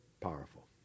powerful